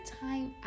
time